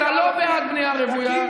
אתה לא בעד בנייה רוויה.